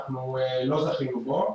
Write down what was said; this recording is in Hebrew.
אנחנו לא זכינו בו.